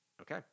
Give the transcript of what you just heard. Okay